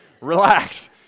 Relax